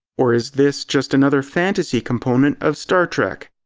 or is this just another fantasy component of star trek,